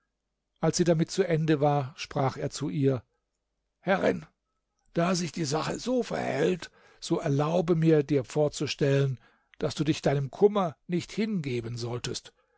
als sie damit zu ende war sprach er zu ihr herrin da sich die sache so verhält so erlaube mir dir vorzustellen daß du dich deinem kummer nicht hingeben solltest